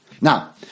Now